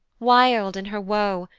wild in her woe,